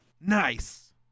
Nice